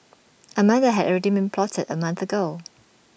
A murder had already been plotted A month ago